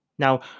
Now